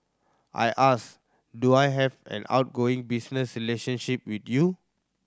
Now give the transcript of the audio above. I asked do I have an ongoing business relationship with you